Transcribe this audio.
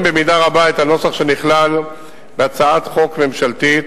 במידה רבה את הנוסח שנכלל בהצעת החוק הממשלתית,